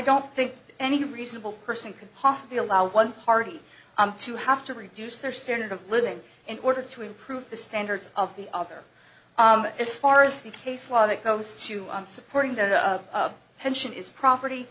don't think any reasonable person could possibly allow one party to have to reduce their standard of living in order to improve the standards of the other as far as the case law that goes to on supporting their pension is property